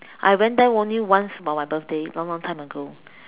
I went there only once on my birthday long long time ago